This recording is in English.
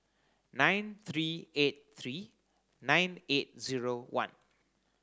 nine three eight three nine eight zero one